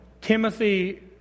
Timothy